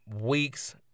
weeks